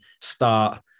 start